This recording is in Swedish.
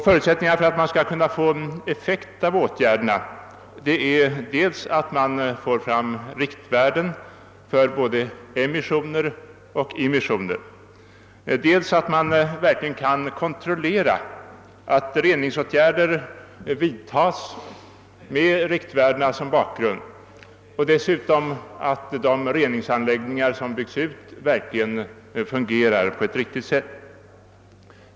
Förutsättningarna för att man skall kunna få effekt av åtgärderna är dels att man får fram riktvärden för både emissioner och immissioner, dels att man verkligen kan kontrollera att redan nu åtgärder vidtas med riktvärdena som bakgrund. Dessutom krävs att de reningsanläggningar som byggs ut verkligen fungerar på ett riktigt sätt.